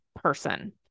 person